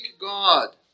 God